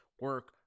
Work